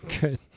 Good